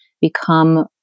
become